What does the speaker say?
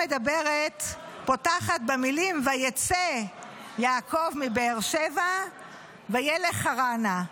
פותחת במילים: "ויצא יעקב מבאר שבע וילך חרנה".